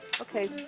Okay